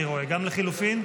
גם לחלופין?